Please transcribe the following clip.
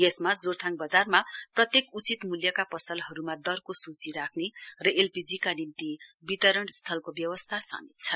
यसमा जोरथाङ बजारमा प्रत्येक उचित मूल्यका पसलहमा दरको सूची राख्ने र एलपीजी का निम्ति वितरण स्थलको व्यवस्था सामेल छन्